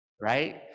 right